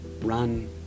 run